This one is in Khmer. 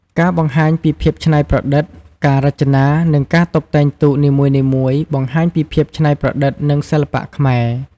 ការបង្ហាញពីភាពច្នៃប្រឌិត ការរចនា និងការតុបតែងទូកនីមួយៗបង្ហាញពីភាពច្នៃប្រឌិត និងសិល្បៈខ្មែរ។